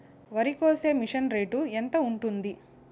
వరికోసే machine rate ఎంత ఉంటుంది?